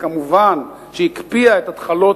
בוודאי נתונה לסימני שאלה,